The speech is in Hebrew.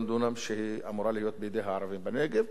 דונם שאמורים להיות בידי הערבים בנגב.